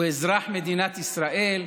הוא אזרח מדינת ישראל,